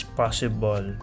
possible